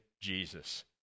Jesus